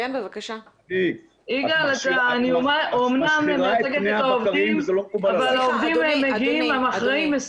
אני אמנם מייצגת את העובדים אבל העובדים הם אחראים,